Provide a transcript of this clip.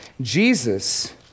Jesus